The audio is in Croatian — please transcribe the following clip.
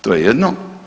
To je jedno.